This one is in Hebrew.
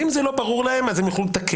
ואם זה לא ברור להם, אז הם יוכלו לתקן,